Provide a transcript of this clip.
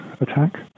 attack